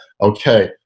Okay